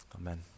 amen